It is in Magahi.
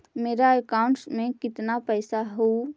मेरा अकाउंटस में कितना पैसा हउ?